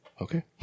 Okay